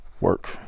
work